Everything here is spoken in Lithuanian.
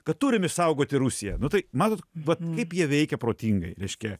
kad turim išsaugoti rusiją nu tai matot vat kaip jie veikia protingai reiškia